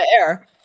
air